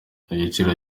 igiciro